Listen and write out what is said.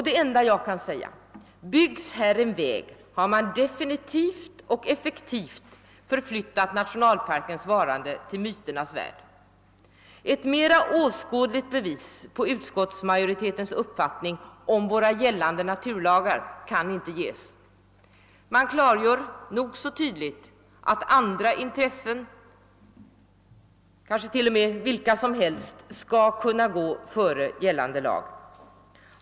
Det enda jag kan säga är: Byggs här en väg har man definitivt och effektivt förflyttat nationalparkens varande till myternas värld. Ett mera åskådligt bevis på utskottsmajoritetens uppfattning om våra gällande naturvårdslagar kan inte ges. Man klargör nog så tydligt att andra intressen, kanske vilka som helst, skall kunna gå före gällande lag.